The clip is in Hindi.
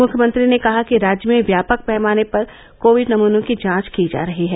मुख्यमंत्री ने कहा कि राज्य में व्यापक पैमाने पर कोविड नमूनों की जांच की जा रही है